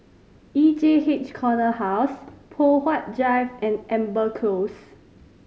E J H Corner House Poh Huat Drive and Amber Close